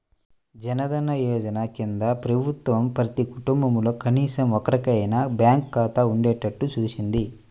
జన్ ధన్ యోజన కింద ప్రభుత్వం ప్రతి కుటుంబంలో కనీసం ఒక్కరికైనా బ్యాంకు ఖాతా ఉండేట్టు చూసింది